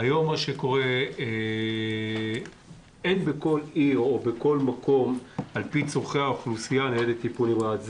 היום אין בכל עיר או בכל מקום על פי צרכי האוכלוסייה ניידת טיפול נמרץ.